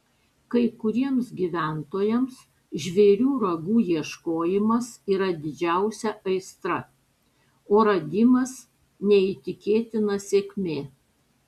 kai kuriems gyventojams žvėrių ragų ieškojimas yra didžiausia aistra o radimas neįtikėtina sėkmė